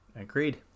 Agreed